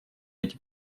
эти